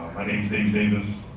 my name's dave davis,